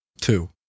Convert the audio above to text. two